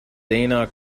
dana